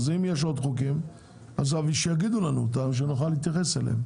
ואם כן שיגידו לנו מה הם ונוכל להתייחס אליהם.